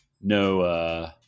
no